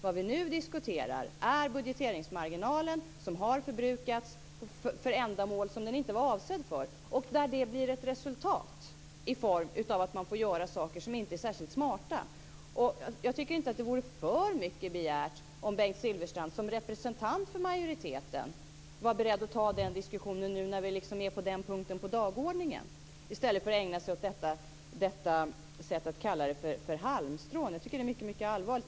Vad vi nu diskuterar är bugeteringsmarginalen, som har förbrukats för ändamål som den inte var avsedd för, och där det blir ett resultat i form av att man får göra saker som inte är särskilt smarta. Jag tycker inte att det är för mycket begärt att Bengt Silfverstrand, som representant för majoriteten, ska vara beredd att ta den diskussionen nu, när vi är på den punkten på dagordningen, i stället för att ägna sig åt att kalla det för halmstrån. Det är mycket allvarligt.